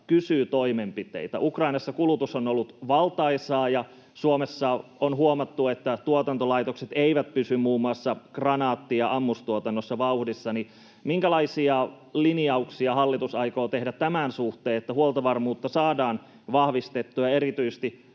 kysyvät toimenpiteitä. Ukrainassa kulutus on ollut valtaisaa, ja Suomessa on huomattu, että tuotantolaitokset eivät pysy muun muassa kranaatti- ja ammustuotannossa vauhdissa. Minkälaisia linjauksia hallitus aikoo tehdä tämän suhteen, että huoltovarmuutta saadaan vahvistettua ja erityisesti